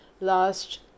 last